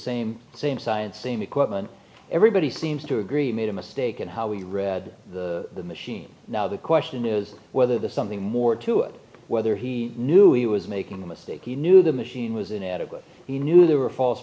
same same science same equipment everybody seems to agree made a mistake in how we read the machine now the question is whether the something more to it whether he knew he was making a mistake he knew the machine was inadequate he knew there were false